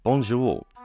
Bonjour